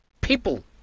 people